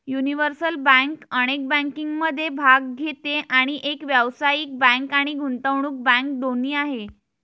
universal bank अनेक बँकिंगमध्ये भाग घेते आणि एक व्यावसायिक बँक आणि गुंतवणूक बँक दोन्ही आहे